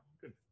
Good